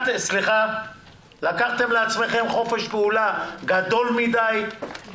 לקחתם לעצמכם חופש פעולה גדול מדי,